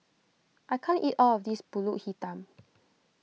I can't eat all of this Pulut Hitam